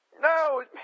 No